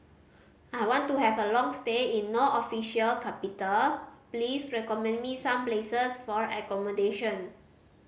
I want to have a long stay in No Official Capital please recommend me some places for accommodation